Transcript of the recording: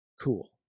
cool